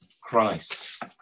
Christ